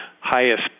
highest